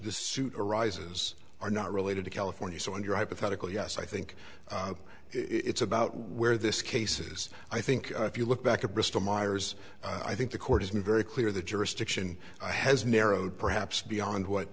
the suit arises are not related to california so in your hypothetical yes i think it's about where this cases i think if you look back at bristol myers i think the court has been very clear the jurisdiction has narrowed perhaps beyond what